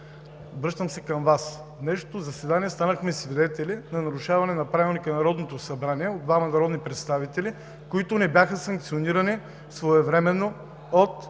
Председател. На днешното заседание станахме свидетели на нарушаване на Правилника на Народното събрание от двама народни представители, които не бяха санкционирани своевременно от